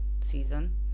season